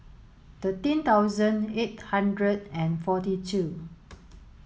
thirteen thousand eight hundred and forty two